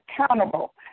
accountable